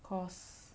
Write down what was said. cause